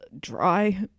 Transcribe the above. dry